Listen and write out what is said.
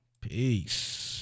Peace